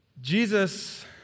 Jesus